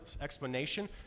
explanation